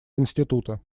института